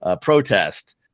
protest